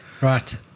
Right